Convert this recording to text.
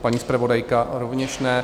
Paní zpravodajka rovněž ne.